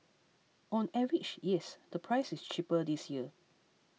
on average yes the price is cheaper this year